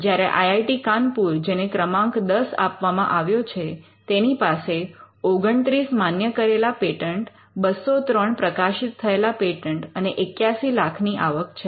જ્યારે I I T Kanpur IIT Kanpur જેને ક્રમાંક 10 આપવામાં આવ્યો છે તેની પાસે 29 માન્ય કરેલા પેટન્ટ 203 પ્રકાશિત થયેલા પેટન્ટ અને 81 લાખની આવક છે